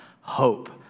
hope